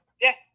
yes